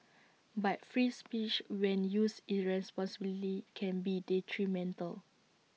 but free speech when used irresponsibly can be detrimental